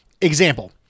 Example